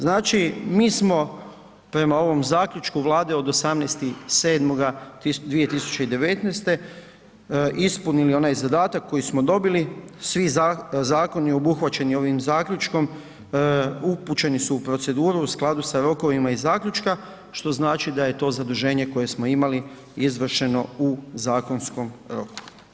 Znači, mi smo prema ovom zaključku Vlade od 18.7.2019. ispunili onaj zadatak koji smo dobili, svi zakoni obuhvaćeni ovim zaključkom upućeni su u proceduru u skladu sa rokovima iz zaključka, što znači da je to zaduženje koje smo imali izvršeno u zakonskom roku.